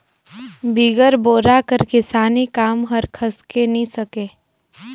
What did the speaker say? बिगर बोरा कर किसानी काम हर खसके नी सके